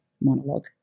monologue